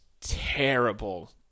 terrible